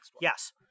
Yes